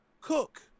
cook